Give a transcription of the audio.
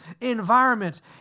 environment